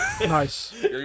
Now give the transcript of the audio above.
Nice